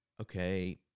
okay